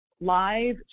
live